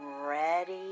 ready